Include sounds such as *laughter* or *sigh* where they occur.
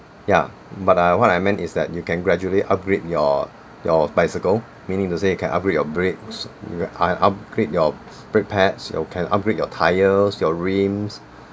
ya but ah what I meant is that you can gradually upgrade your your bicycle meaning to say you can upgrade your brakes *noise* uh upgrade your brake pads you can upgrade your tyres your rims